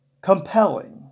compelling